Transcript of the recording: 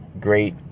great